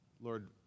Lord